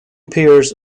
pairs